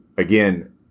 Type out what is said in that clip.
Again